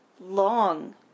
long